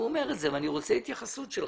חבר הכנסת לוי טוען,